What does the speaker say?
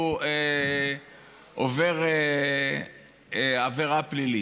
הוא עובר עבירה פלילית.